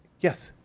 yes.